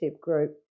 group